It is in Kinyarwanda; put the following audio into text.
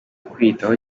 kwiyitaho